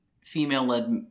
female-led